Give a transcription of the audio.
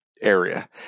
area